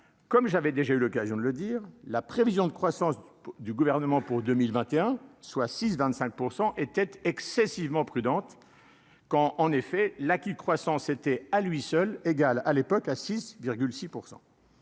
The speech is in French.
comme j'avais déjà eu l'occasion de le dire, la prévision de croissance du gouvernement pour 2021 soit 6 25 % excessivement prudente quand en effet l'qui croissance était à lui seul égal à l'époque à 6 6